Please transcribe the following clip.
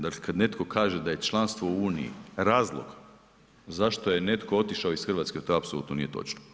Dakle, kad netko kaže da je članstvo u uniji razlog zašto je netko otišao iz Hrvatske to apsolutno nije točno.